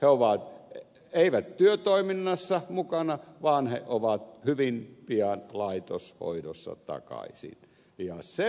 he eivät ole työtoiminnassa mukana vaan he ovat hyvin pian laitoshoidossa takaisin ja sepä tulee kalliiksi